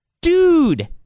Dude